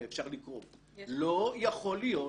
ואפשר לקרוא: "לא יכול להיות